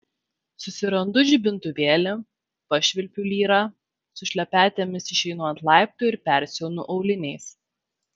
susirandu žibintuvėlį pašvilpiu lyrą su šlepetėmis išeinu ant laiptų ir persiaunu auliniais